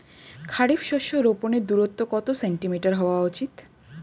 খারিফ শস্য রোপনের দূরত্ব কত সেন্টিমিটার হওয়া উচিৎ?